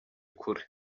kure